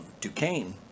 Duquesne